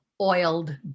oiled